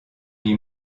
lui